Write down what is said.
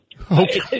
Okay